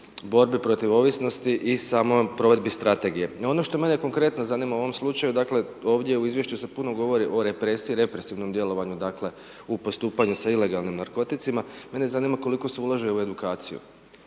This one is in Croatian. borbi protiv ovisnosti i samoj provedbi strategije. Ono što mene konkretno zanima u ovom slučaju, dakle, ovdje u izvješću se puno govori o represiji, represivnom djelovanju, dakle, u postupanju sa ilegalnim narkoticima. Mene zanima koliko se ulaže u edukaciju,